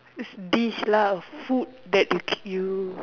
it's this lah food that you can use